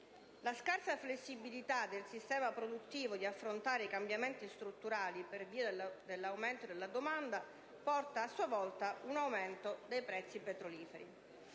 La scarsa flessibilità del sistema produttivo di affrontare i cambiamenti strutturali per via dell'aumento della domanda porta a sua volta un aumento dei prezzi petroliferi.